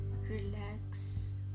Relax